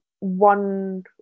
one